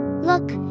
Look